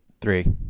Three